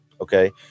Okay